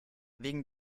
wegen